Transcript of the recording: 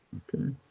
okay,